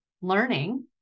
learning